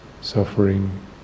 suffering